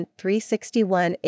361